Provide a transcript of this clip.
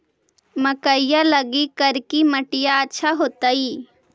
मकईया लगी करिकी मिट्टियां अच्छा होतई